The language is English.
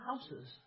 houses